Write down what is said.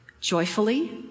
Joyfully